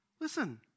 Listen